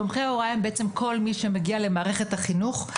תומכי ההוראה הם כל מי שמגיעים למערכת החינוך,